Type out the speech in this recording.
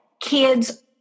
kids